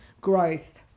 growth